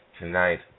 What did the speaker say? tonight